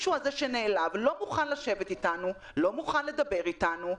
והנעלב הזה לא מוכן לשבת ולדבר איתנו,